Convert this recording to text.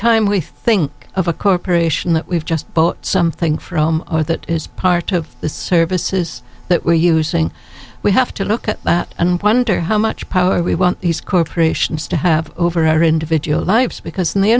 time we think of a corporation that we've just bought something from or that is part of the services that we're using we have to look at that and pointer how much power we want these corporations to have over our individual lives because